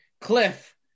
Cliff